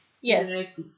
Yes